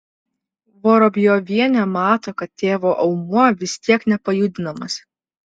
vorobjovienė mato kad tėvo aumuo vis tiek nepajudinamas